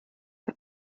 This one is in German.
der